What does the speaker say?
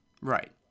Right